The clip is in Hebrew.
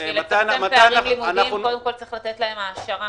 בשביל לצמצם פערים לימודיים קודם כל צריך לתת להם העשרה.